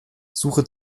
suche